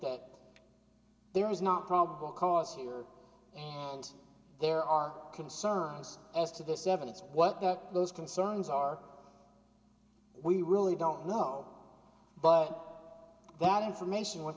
that there is not probable cause you are and there are concerns as to this evidence what that those concerns are we really don't know but that information w